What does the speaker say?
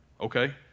okay